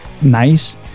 nice